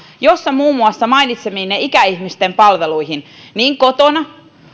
jossa muun muassa mainitsemiinne ikäihmisten palveluihin niin kotona